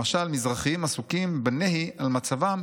למשל שמזרחים עסוקים בנהי על מצבם